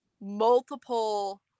multiple